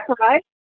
right